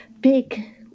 big